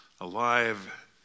alive